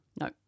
No